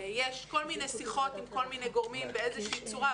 יש כל מיני שיחות עם כל מיני גורמים באיזה שהיא צורה,